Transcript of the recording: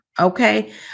Okay